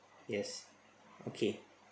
yes okay